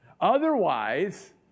Otherwise